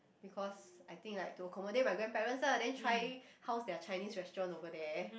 because I think like to accommodate my grandparents lah then try how's their Chinese restaurant over there